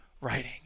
writing